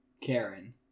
Karen